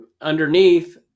underneath